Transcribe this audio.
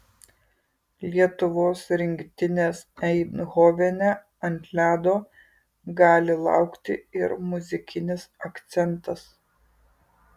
lietuvos rinktinės eindhovene ant ledo gali laukti ir muzikinis akcentas